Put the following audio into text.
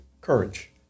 Courage